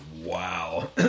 Wow